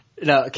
No